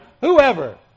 whoever